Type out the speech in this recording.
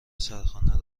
سرخانه